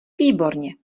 výborně